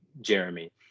Jeremy